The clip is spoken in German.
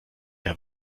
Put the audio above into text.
der